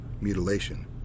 mutilation